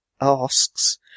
asks